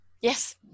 Yes